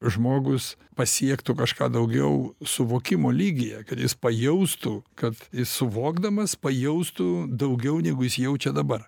žmogus pasiektų kažką daugiau suvokimo lygyje kad jis pajaustų kad jis suvokdamas pajaustų daugiau negu jis jaučia dabar